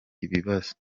bibazo